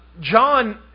John